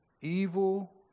Evil